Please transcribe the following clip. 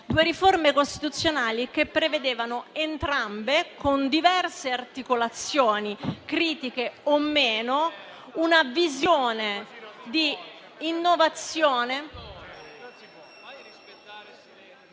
due riforme costituzionali, che prevedevano entrambe, con diverse articolazioni, critiche o no, una visione di innovazione.